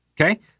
Okay